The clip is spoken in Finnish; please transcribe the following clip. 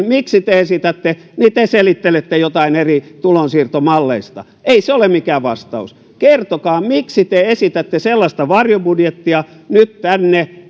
miksi te esitätte niin te selittelette jotain eri tulonsiirtomalleista ei se ole mikään vastaus kertokaa miksi te esitätte sellaista varjobudjettia nyt tänne